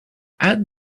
add